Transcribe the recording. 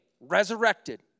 resurrected